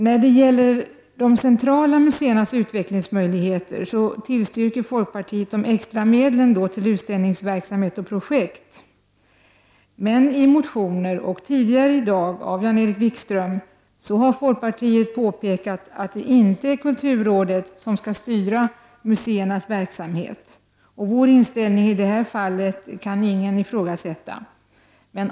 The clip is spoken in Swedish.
När det gäller de centrala museernas utvecklingsmöjligheter tillstyrker folkpartiet de extra medlen till utställningsverksamhet och projekt. I motioner och i tidigare anförande i dag av Jan-Erik Wikström har folkpartiet dock påpekat att det inte är kulturrådet som skall styra museernas verksamhet. Vår inställning i det här fallet kan ingen ifrågasätta.